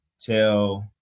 tell